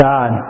God